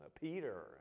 Peter